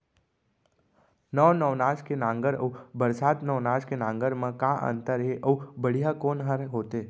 नौ नवनास के नांगर अऊ बरसात नवनास के नांगर मा का अन्तर हे अऊ बढ़िया कोन हर होथे?